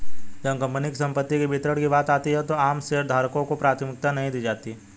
जब कंपनी की संपत्ति के वितरण की बात आती है तो आम शेयरधारकों को प्राथमिकता नहीं दी जाती है